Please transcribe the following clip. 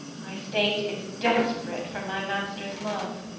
my state is desperate for my master's love